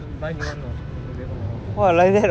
we buy new [one] lah வேப்பமரம்:vepamaram